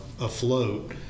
afloat